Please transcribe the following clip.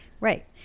Right